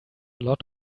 lot